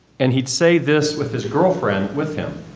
and he'd say this with his girlfriend with him